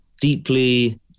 deeply